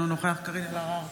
אינו נוכח קארין אלהרר,